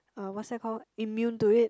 uh what's that called immune to it